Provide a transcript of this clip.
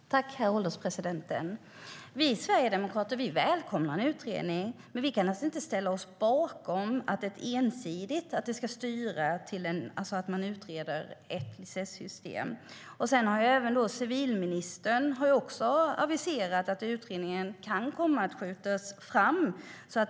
STYLEREF Kantrubrik \* MERGEFORMAT SpelfrågorCivilministern har också aviserat att utredningen kan komma att skjutas fram.